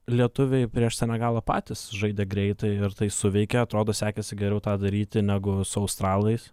lietuviai prieš senegalą patys žaidė greitai ir tai suveikė atrodo sekėsi geriau tą daryti negu su australais